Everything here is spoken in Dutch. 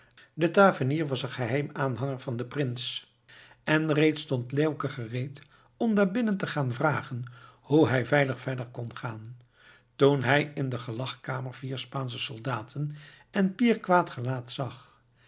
de tavernier was een geheim aanhanger van den prins en reeds stond leeuwke gereed om daar binnen te gaan vragen hoe hij veilig verder kon gaan toen hij in de gelagkamer vier spaansche soldaten en pier quaet gelaet zag